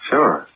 Sure